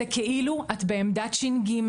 זה כאילו את בעמדת ש.ג.